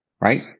right